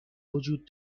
وجود